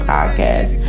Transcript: Podcast